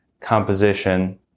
composition